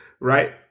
right